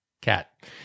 cat